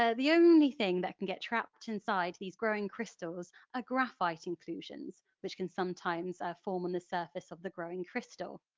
ah the only thing that can get trapped inside these growing crystals are ah graphite inclusions which can sometimes form on the surface of the growing crystal.